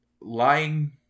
lying